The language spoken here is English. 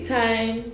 time